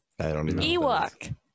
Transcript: Ewok